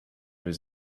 was